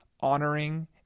honoring